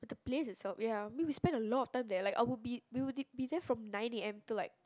but the place itself ya I mean we spend a lot of time there like I will be we will be be there from nine A_M to like